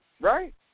right